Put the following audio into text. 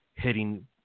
hitting